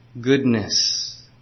goodness